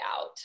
out